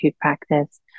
practice